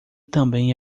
também